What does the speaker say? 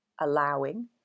allowing